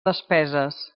despeses